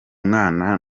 mwana